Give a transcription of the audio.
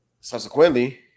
Subsequently